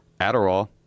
Adderall